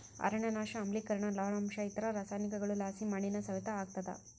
ಅರಣ್ಯನಾಶ ಆಮ್ಲಿಕರಣ ಲವಣಾಂಶ ಇತರ ರಾಸಾಯನಿಕಗುಳುಲಾಸಿ ಮಣ್ಣಿನ ಸವೆತ ಆಗ್ತಾದ